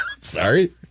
Sorry